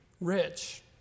rich